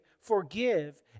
forgive